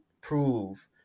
prove